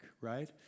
right